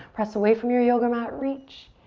press away from your yoga mat, reach.